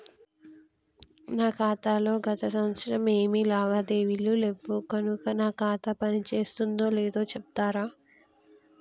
నా ఖాతా లో గత సంవత్సరం ఏమి లావాదేవీలు లేవు కనుక నా ఖాతా పని చేస్తుందో లేదో చెప్తరా?